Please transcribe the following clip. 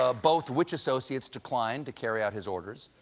ah both, which associates declined to carry out his orders,